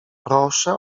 proszę